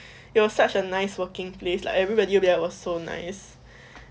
it was such a nice working place like everybody there was so nice